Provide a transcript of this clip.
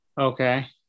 Okay